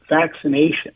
vaccination